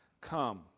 Come